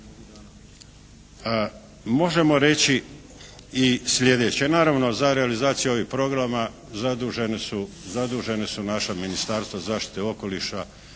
Možemo reći i sljedeće, naravno za realizaciju ovih programa zadužene su naša Ministarstva zaštite okoliša,